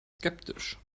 skeptisch